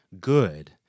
good